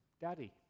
Daddy